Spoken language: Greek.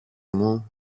μου